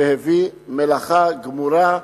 והביא מלאכה גמורה,